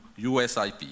USIP